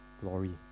glory